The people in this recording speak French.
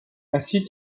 ainsi